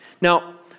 Now